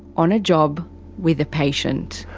on a job with a patient.